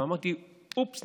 ואמרתי: אופס,